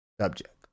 subject